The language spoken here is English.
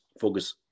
focus